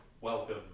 welcome